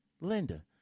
Linda